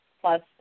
plus